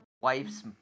wife's